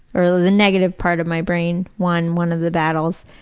or the negative part of my brain won one of the battles.